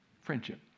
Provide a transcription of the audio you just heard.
Friendship